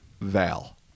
Val